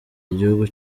igihugu